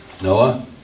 Noah